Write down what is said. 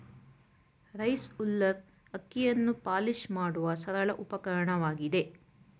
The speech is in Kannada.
ರೈಸ್ ಉಲ್ಲರ್ ಅಕ್ಕಿಯನ್ನು ಪಾಲಿಶ್ ಮಾಡುವ ಸರಳ ಉಪಕರಣವಾಗಿದೆ